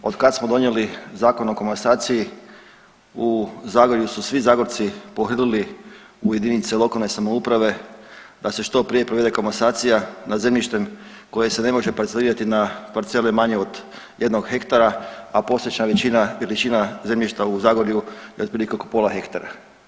Evo od kad smo donijeli Zakon o komasaciji u Zagorju su svi Zagorci pohrlili u jedinice lokalne samouprave da se što prije provede komasacija nad zemljištem koje se ne može parcelirati na parcele manje od jednog hektara, a postojeća veličina zemljišta u Zagorju je otprilike oko pola hektara.